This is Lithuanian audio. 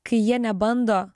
kai jie nebando